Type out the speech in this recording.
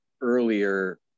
earlier